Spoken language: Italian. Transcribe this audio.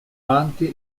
anche